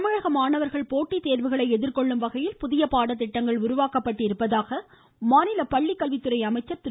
தமிழக மாணவர்கள் போட்டித்தோ்வுகளை எதிர்கொள்ளும் வகையில் புதிய பாடதிட்டங்கள் உருவாக்கப்பட்டிருப்பதாக மாநில பள்ளிக்கல்வித்துறை அமைச்சர் திரு